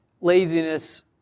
laziness